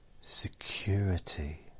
security